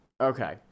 Okay